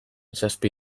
zazpi